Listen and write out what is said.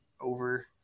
over